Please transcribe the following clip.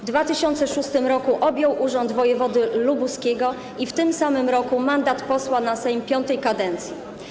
W 2006 r. objął urząd wojewody lubuskiego i w tym samym roku mandat posła na Sejm V kadencji.